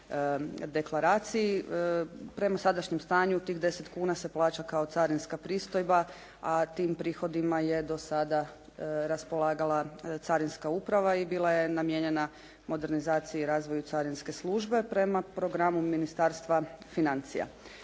Prema sadašnjem stanju tih 10 kuna se plaća kao carinska pristojba, a tim prihodima je do sada raspolagala carinska uprava i bila je namijenjena modernizaciji i razvoju carinske službe prema programu Ministarstva financija.